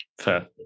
Fair